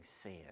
sin